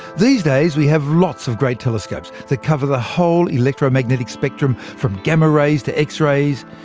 these days we have lots of great telescopes that cover the whole electromagnetic spectrum from gamma rays to x-rays,